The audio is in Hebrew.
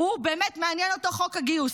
באמת מעניין אותו חוק הגיוס.